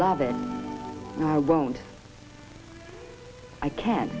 love it i won't i can't